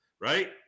right